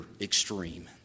extreme